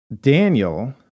Daniel